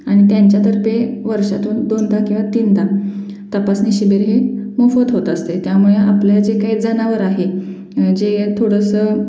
आणि त्यांच्यातर्फे वर्षातून दोनदा किंवा तीनदा तपासणी शिबीर हे मोफत होत असते त्यामुळे आपल्या जे काही जनावरं आहे जे थोडंसं